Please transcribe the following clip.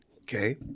Okay